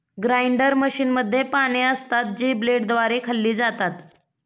grinder मशीनमध्ये पाने असतात, जी ब्लेडद्वारे खाल्ली जातात